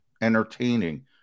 entertaining